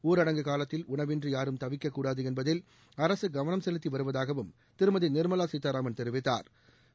ஊரடங்கு காலத்தில் உணவின்றி யாரும் தவிக்கக்கூடாது என்பதில் அரசு கவனம் செலுத்தி வருவதாகவும் திருமதி நிா்மலா சீதாராமன் தெரிவித்தாா்